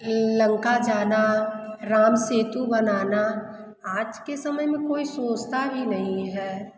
लंका जाना राम सेतु बनाना आज के समय में कोई सोचता भी नहीं है